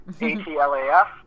A-T-L-A-F